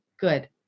good